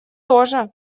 тоже